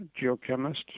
geochemist